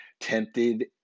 tempted